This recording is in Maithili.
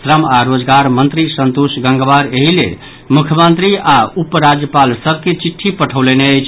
श्रम आ रोजगार मंत्री संतोष गंगवार एहि लेल मुख्यमंत्री आओर उप राज्यपाल सभ के चिट्ठी पठौलनि अछि